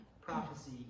Prophecy